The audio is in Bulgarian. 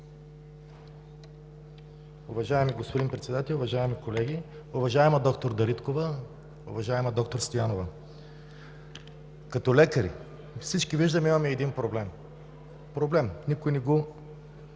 Уважаеми господин Председател, уважаеми колеги, уважаема доктор Дариткова, уважаема доктор Стоянова! Като лекари всички виждаме, че имаме един проблем, никой не го